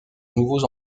nouveaux